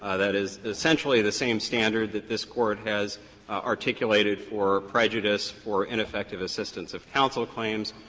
ah that is essentially the same standard that this court has articulated for prejudice for ineffective assistance of counsel claims,